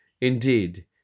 Indeed